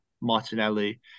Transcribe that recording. Martinelli